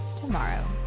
tomorrow